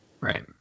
right